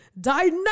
Dynamic